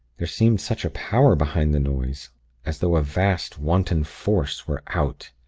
there seemed such a power behind the noise as though a vast, wanton force were out.